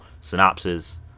synopsis